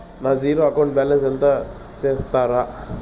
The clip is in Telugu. నా జీరో అకౌంట్ బ్యాలెన్స్ ఎంతో సెప్తారా?